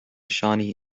shawnee